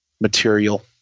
material